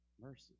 mercy